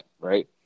right